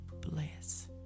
bless